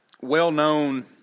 well-known